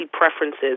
preferences